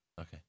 okay